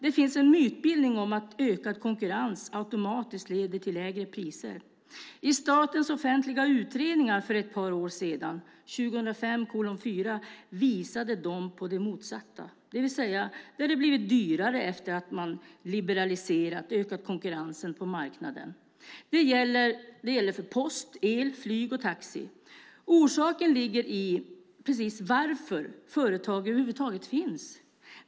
Det finns en mytbildning om att ökad konkurrens automatiskt leder till lägre priser. I Statens offentliga utredningar för ett par år sedan, SOU 2005:4, visade man på det motsatta, det vill säga att det hade blivit dyrare efter det att man hade liberaliserat och ökat konkurrensen på marknaden. Det gäller för post, el, flyg och taxi. Orsaken ligger i varför företag över huvud taget finns.